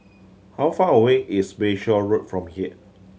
how far away is Bayshore Road from here